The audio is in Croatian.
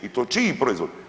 I to čiji proizvod?